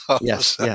Yes